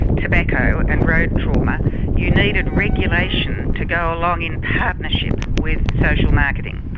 tobacco and road trauma you needed regulation to go along in partnership with social marketing.